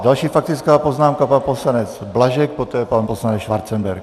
Další faktická poznámka pan poslanec Blažek, poté pan poslanec Schwarzenberg.